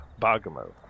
Bagamo